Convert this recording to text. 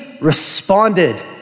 responded